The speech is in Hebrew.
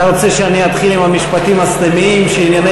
אתה רוצה שאני אתחיל עם המשפטים הסתמיים שענייני